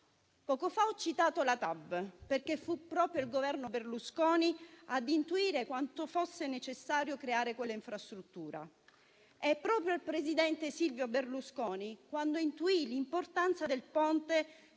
Poco fa ho citato la TAV, perché fu proprio il Governo Berlusconi ad intuire quanto fosse necessario creare quell'infrastruttura. Proprio il presidente Silvio Berlusconi, quando intuì l'importanza del Ponte,